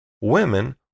Women